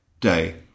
day